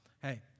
Hey